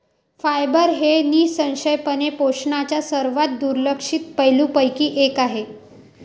fibre हे निःसंशयपणे पोषणाच्या सर्वात दुर्लक्षित पैलूंपैकी एक आहे